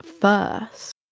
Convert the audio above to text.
first